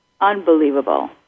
unbelievable